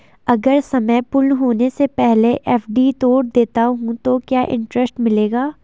अगर समय पूर्ण होने से पहले एफ.डी तोड़ देता हूँ तो क्या इंट्रेस्ट मिलेगा?